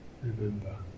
remember